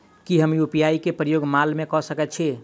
की हम यु.पी.आई केँ प्रयोग माल मै कऽ सकैत छी?